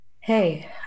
Hey